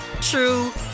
true